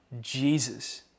Jesus